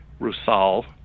Rusal